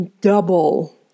Double